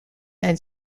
and